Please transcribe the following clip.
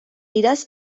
irás